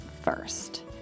first